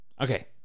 okay